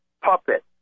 Puppet